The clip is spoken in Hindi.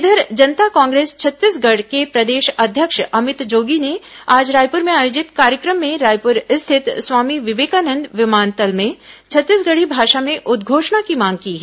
इधर जनता कांग्रेस छत्तीसगढ़ के प्रदेश अध्यक्ष अमित जोगी ने आज रायपुर में आयोजित कार्यक्रम में रायप्र स्थित स्वामी विवेकानंद विमानतल में छत्तीसगढ़ी भाषा में उदघोषणा की मांग की है